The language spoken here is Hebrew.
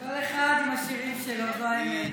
כל אחד עם השירים שלו, זו האמת.